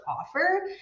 offer